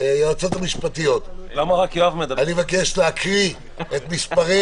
היועצות המשפטיות, אני מבקש להקריא את מספרי